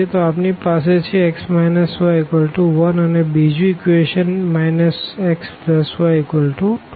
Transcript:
તો આપણી પાસે છે x y1 અને બીજું ઇક્વેશન છે xy2